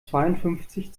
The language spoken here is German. zweiundfünfzig